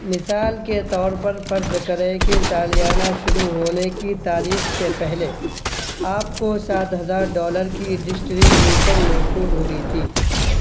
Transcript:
مثال کے طور پر فرض کریں کہ سالیانہ شروع ہونے کی تاریخ سے پہلے آپ کو سات ہزار ڈالر کی ڈسٹریبیوشن موصول ہوئی تھی